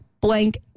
blank